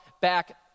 back